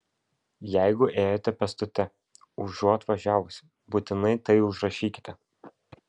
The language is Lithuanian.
jeigu ėjote pėstute užuot važiavusi būtinai tai užrašykite